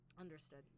Understood